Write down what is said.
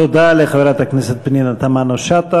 תודה לחברת הכנסת פנינה תמנו-שטה.